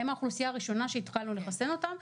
הם האוכלוסייה הראשונה שהתחלנו לחסן אותם,